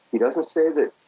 he doesn't say that